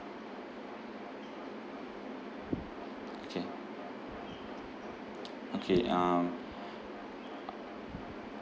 okay okay um